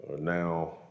now